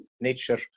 nature